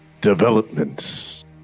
developments